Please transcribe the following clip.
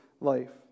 life